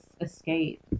escape